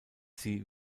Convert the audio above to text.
sie